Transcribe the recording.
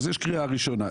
אז יש קריאה ראשונה,